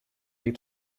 les